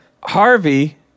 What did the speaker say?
Harvey